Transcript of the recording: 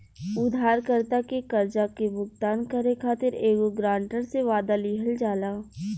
उधारकर्ता के कर्जा के भुगतान करे खातिर एगो ग्रांटर से, वादा लिहल जाला